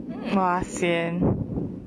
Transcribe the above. !wah! sian